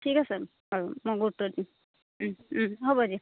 ঠিক আছে বাৰু মই গুৰুত্ব দিম হ'ব দিয়ক